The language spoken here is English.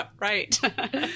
Right